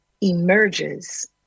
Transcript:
emerges